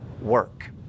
work